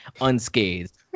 unscathed